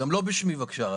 גם לא בשמי, בבקשה.